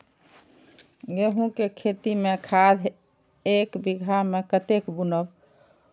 गेंहू के खेती में खाद ऐक बीघा में कते बुनब?